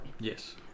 Yes